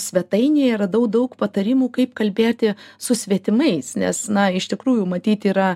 svetainėje radau daug patarimų kaip kalbėti su svetimais nes na iš tikrųjų matyt yra